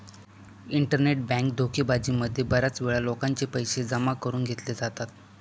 internet bank धोकेबाजी मध्ये बऱ्याच वेळा लोकांचे पैसे जमा करून घेतले जातात